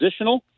positional